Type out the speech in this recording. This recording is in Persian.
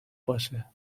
باشه